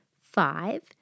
five